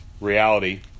reality